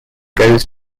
goes